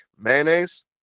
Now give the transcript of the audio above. mayonnaise